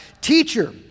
Teacher